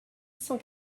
cent